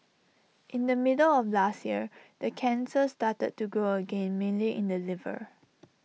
in the middle of last year the cancer started to grow again mainly in the liver